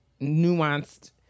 nuanced